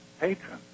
patron